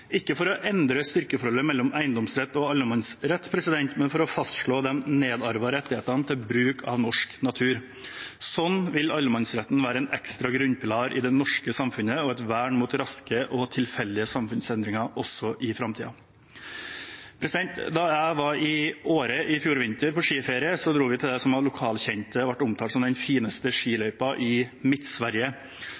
ikke for å endre styrkeforholdet mellom eiendomsrett og allemannsrett, men for å fastslå de nedarvede rettighetene til bruk av norsk natur. Sånn vil allemannsretten være en ekstra grunnpilar i det norske samfunnet og et vern mot raske og tilfeldige samfunnsendringer også i framtida. Da jeg var i Åre på skiferie i fjor vinter, dro vi til det som av lokalkjente ble omtalt som den fineste